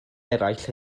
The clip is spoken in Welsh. eraill